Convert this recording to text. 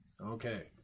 Okay